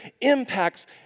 impacts